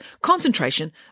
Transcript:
concentration